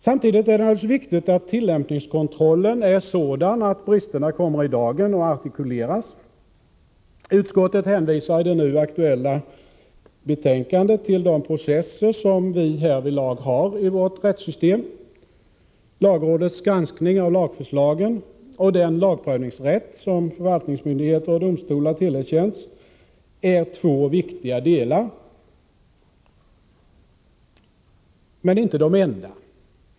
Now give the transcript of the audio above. Samtidigt är det naturligtvis viktigt att tillämpningskontrollen är sådan att bristerna kommer i dagen och artikuleras. Utskottet hänvisar i det nu aktuella betänkandet till de processer som vi härvidlag har i vårt rättssystem. Lagrådets granskning av lagförslagen och den lagprövningsrätt som förvaltningsmyndigheter och domstolar tillerkänts är två viktiga delar, men inte de enda.